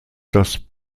das